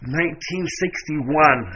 1961